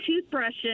toothbrushes